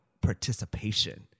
participation